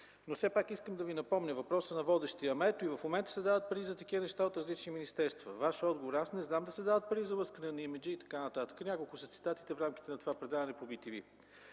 но все пак искам да Ви напомня въпроса на водещия: „Ама, ето и в момента се дават пари за такива неща от различни министерства”. Ваш отговор: „Аз не знам да се дават пари за лъскане на имиджа” и така нататък. Няколко са цитатите в рамките на това предаване по bТV.